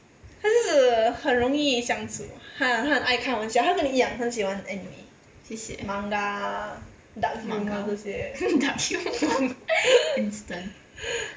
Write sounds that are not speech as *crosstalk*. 他就是很容易相处他他很爱开玩笑他跟你一样很喜欢 anime manga dark humour 这些 *laughs*